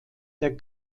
der